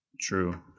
True